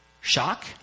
Shock